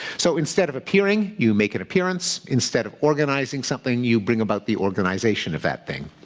so instead of appearing, you make an appearance. instead of organising something, you bring about the organisation of that thing.